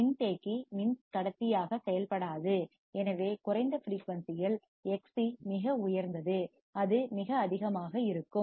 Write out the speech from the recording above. மின்தேக்கி கெப்பாசிட்டர் மின்கடத்தியாகச் செயல்படாது எனவே குறைந்த ஃபிரீயூன்சியில் எக்ஸ்சி Xc மிக உயர்ந்தது அது மிக அதிகமாக இருக்கும்